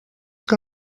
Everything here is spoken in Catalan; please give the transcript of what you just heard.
que